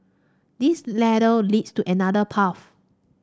this ladder leads to another path